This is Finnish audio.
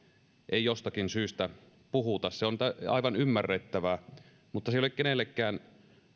ei jostakin syystä puhuta se on aivan ymmärrettävää mutta se ei ole kenellekään